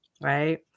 Right